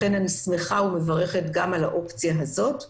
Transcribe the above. לכן, אני שמחה ומברכת גם על האופציה הזאת.